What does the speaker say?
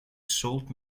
salt